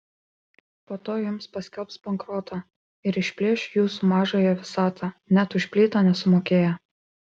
po to jums paskelbs bankrotą ir išplėš jūsų mažąją visatą net už plytą nesumokėję